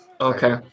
Okay